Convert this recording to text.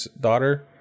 daughter